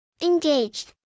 engaged